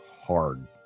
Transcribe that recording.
hard